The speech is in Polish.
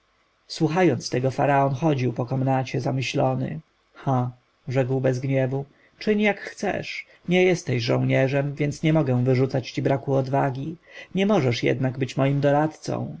słuchając tego faraon chodził po komnacie zamyślony ha rzekł bez gniewu czyń jak chcesz nie jesteś żołnierzem więc nie mogę wyrzucać ci braku odwagi nie możesz być jednak moim doradcą